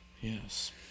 Yes